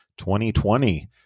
2020